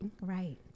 right